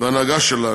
וההנהגה שלו,